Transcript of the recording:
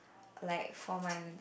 like four months